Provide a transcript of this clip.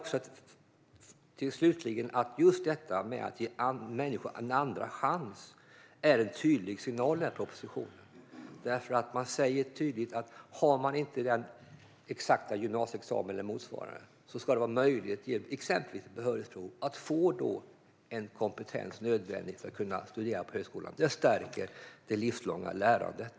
Slutligen tycker jag att propositionen ger en tydlig signal om att ge människor en andra chans. Det sägs tydligt att om man inte har den exakta gymnasieexamen eller motsvarande ska det vara möjligt att genom till exempel behörighetsprov få bevis för sin kompetens som är nödvändig för att kunna studera på högskolan. Detta stärker det livslånga lärandet.